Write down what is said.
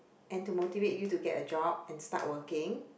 and to motivate you to get a job and start working